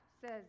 says